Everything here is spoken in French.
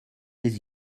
les